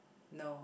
no